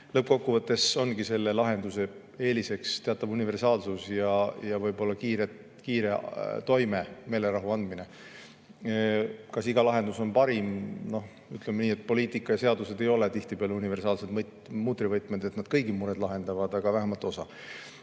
Lõppkokkuvõttes on selle lahenduse eeliseks teatav universaalsus ja võib-olla ka kiire toime, meelerahu andmine. Kas iga lahendus on parim? Ütleme nii, et poliitika ja seadused ei ole tihtipeale universaalsed mutrivõtmed, et nad kõigi mured lahendaksid, aga vähemalt osal